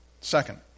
Second